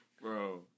Bro